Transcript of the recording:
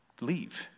leave